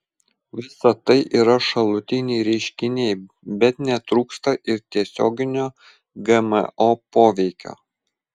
visa tai yra šalutiniai reiškiniai bet netrūksta ir tiesioginio gmo poveikio